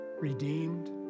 redeemed